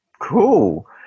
Cool